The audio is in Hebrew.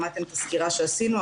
שמעתם את הסקירה שעשינו.